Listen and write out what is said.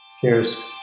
Cheers